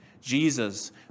Jesus